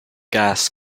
gas